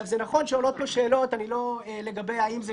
זה נכון שעולות פה שאלות לגבי האם זה